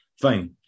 Fine